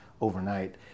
overnight